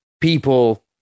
people